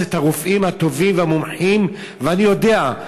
כדי לתפוס את הרופאים הטובים והמומחים, ואני יודע.